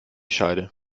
scheide